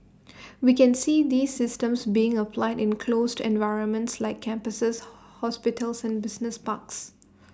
we can see these systems being applied in closed environments like campuses hospitals and business parks